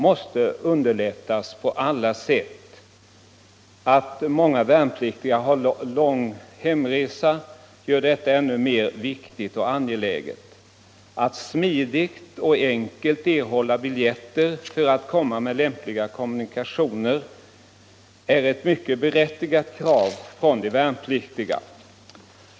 Det förhållandet att många värnpliktiga har lång hemresa gör detta ännu viktigare och mera angeläget. Det är ett mycket berättigat krav från de värnpliktiga att de smidigt och enkelt kan erhålla biljetter för att komma med lämpliga kommunikationer.